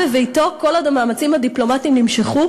הוא שהה בביתו כל עוד המאמצים הדיפלומטיים נמשכו,